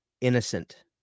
innocent